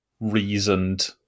reasoned